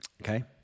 Okay